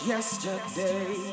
Yesterday